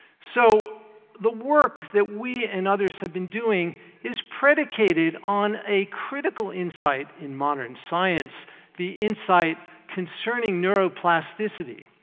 so the work that we and others have been doing is predicated on a critical insight in modern science the insight concerning neuroplasticity.